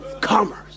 commerce